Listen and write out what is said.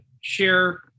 share